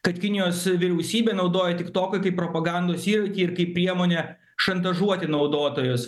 kad kinijos vyriausybė naudoja tiktoką kaip propagandos įrankį ir kaip priemonę šantažuoti naudotojus